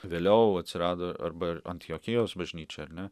vėliau atsirado arba antiochijos bažnyčia ar ne